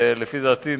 לפי דעתי,